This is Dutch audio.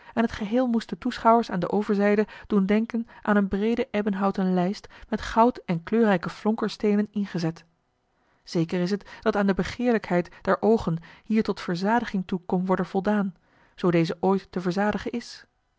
en t geheel moest de toeschouwers aan de overzijde doen denken aan een breede ebbenhouten lijst met goud en kleurrijke flonkersteenen ingezet zeker is het dat aan de begeerlijkheid der oogen hier tot verzadiging toe kon worden voldaan zoo deze ooit te verzadigen is